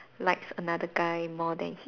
likes another guy more than him